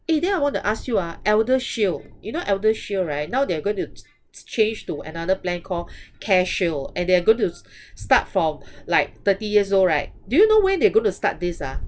eh then I want to ask you ah eldershield you know eldershield right now they're going to to change to another plan call careshield and they are going to start from like thirty years old right do you know when they going to start this ah